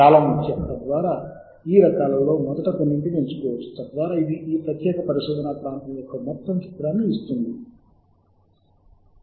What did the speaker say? నేను వాటిని ఇక్కడ వివరిస్తున్నాను మీరు సేకరించిన ఆ కథనాలను గుర్తించడానికి మీరు ఈ క్లిక్ బటన్లను ఉపయోగించవచ్చు